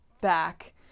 back